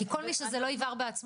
כי כל מי שזה לא יבער בעצמותיו,